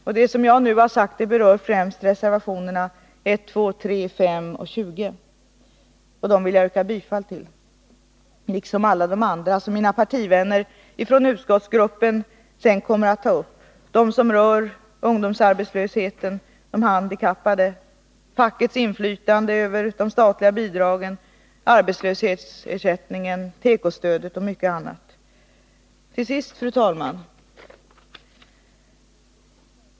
Vad jag nu har sagt berör främst reservationerna 1, 2, 3, 5 och 20, och dem vill jag yrka bifall till, liksom till alla de andra reservationer som mina partivänner från utskottsgruppen senare kommer att ta upp — de som rör ungdomsarbetslösheten, de handikappade, fackets inflytande över de statliga bidragen, arbetslöshetsersättningen, tekostödet och mycket annat. Till sist, fru talman!